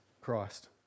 Christ